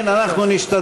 כן, אנחנו נשתדל.